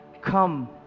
come